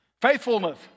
Faithfulness